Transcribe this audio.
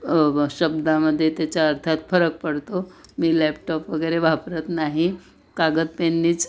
अब शब्दामध्ये त्याच्या अर्थात फरक पडतो मी लॅपटॉप वगैरे वापरत नाही कागद पेननीच